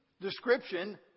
description